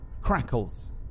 crackles